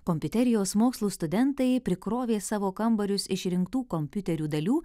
kompiuterijos mokslų studentai prikrovė savo kambarius išrinktų kompiuterių dalių